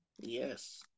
Yes